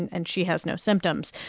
and and she has no symptoms.